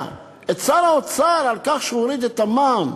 את שר האוצר על כך שהוא הוריד את המע"מ.